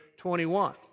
21